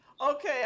Okay